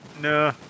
No